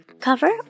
cover